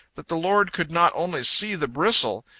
that the lord could not only see the bristle,